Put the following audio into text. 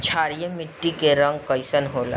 क्षारीय मीट्टी क रंग कइसन होला?